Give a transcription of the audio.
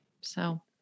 so-